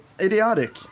idiotic